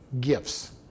gifts